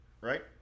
right